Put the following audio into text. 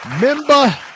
member